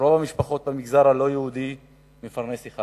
שלרוב המשפחות במגזר הלא-יהודי יש מפרנס אחד,